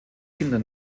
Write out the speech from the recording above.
kinder